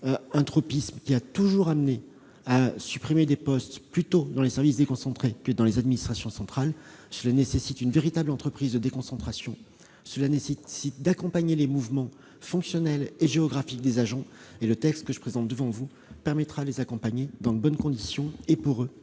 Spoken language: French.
un tropisme qui a toujours conduit à supprimer des postes plutôt dans les services déconcentrés que dans les administrations centrales, il est nécessaire de mener une véritable entreprise de déconcentration et d'accompagner les mouvements fonctionnels et géographiques des agents. Le texte que je présente devant vous permettra de faire cet accompagnement dans de bonnes conditions, et pour ces